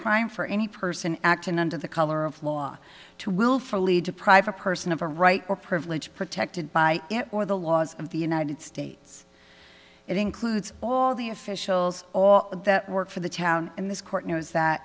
crime for any person acting under the color of law to willfully deprive a person of a right or privilege protected by it or the laws of the united states it includes all the officials that work for the town and this court knows that